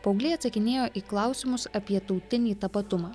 paaugliai atsakinėjo į klausimus apie tautinį tapatumą